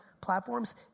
platforms